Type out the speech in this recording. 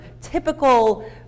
typical